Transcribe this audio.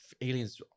aliens